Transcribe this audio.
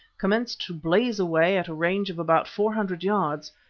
commenced to blaze away at a range of about four hundred yards,